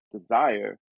desire